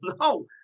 no